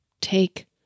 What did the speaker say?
take